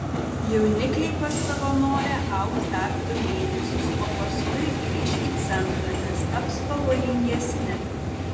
jaunikliai pas savanorę augs dar du mėnesius o paskui grįš į centrą nes taps pavojingesni